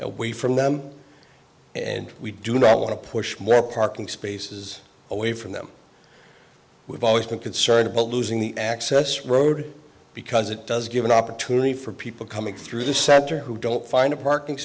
away from them and we do not want to push more parking spaces away from them we've always been concerned about losing the access road because it does give an opportunity for people coming through the center who don't find a parking